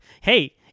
Hey